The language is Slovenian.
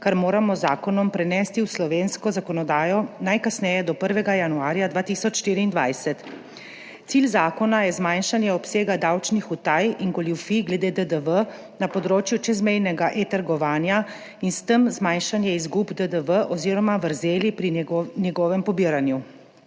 kar moramo z zakonom prenesti v slovensko zakonodajo najkasneje do 1. januarja 2024. Cilj zakona je zmanjšanje obsega davčnih utaj in goljufij glede DDV na področju čezmejnega e-trgovanja in s tem zmanjšanje izgub DDV oziroma vrzeli pri njegovem pobiranju.